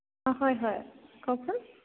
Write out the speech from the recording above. অঁ হয় হয় কওকচোন